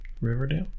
Riverdale